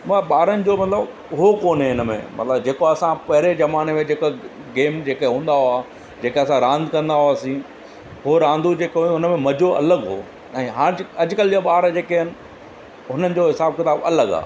मां ॿारनि जो मतिलबु हो कोन्हे हिन में मतिलबु जेको असां पहिरें ज़माने में जेका गेम जेके हूंदा हुआ जेके असां रांदि कंदा हुआसीं हूअ रांदूं जेको हो उन में मज़ो अलॻि हो ऐं हां जे अॼुकल्ह जा ॿार जेके आहिनि हुननि जो हिसाबु किताबु अलॻि आहे